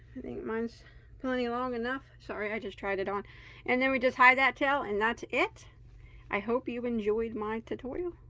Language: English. i think mine's plenty long enough. sorry, i just tried it on and then we just hide that tail and that's it i hope you've enjoyed my tutorial.